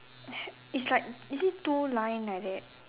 is like is it two line like that